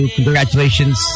Congratulations